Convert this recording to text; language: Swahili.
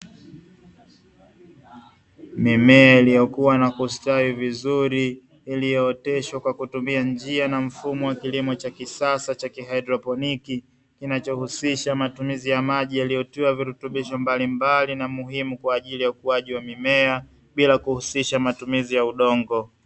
Mimea iliyokua na kustawi vizuri, iliyooteshwa kwa kutumia njia na mfumo wa kilimo cha kisasa cha haidroponi; kinachohusisha matumizi ya maji yaliyotiwa virutubisho mbalimbali na muhimu kwa ajili ya ukuaji wa mimea, bila kuhusisha matumizi ya udongo.